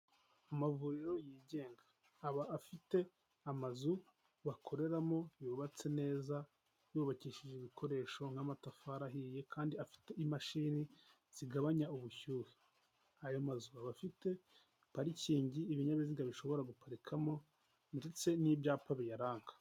Amavuriro yigenga aba afite amazu bakoreramo yubatse neza, yubakishije ibikoresho nk'amatafari ahiye kandi afite imashini zigabanya ubushyuhe. Aya mazu aba afite parikingi ibinyabiziga bishobora guparikamo ndetse n'ibyapa biyaranga.